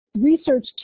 research